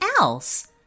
else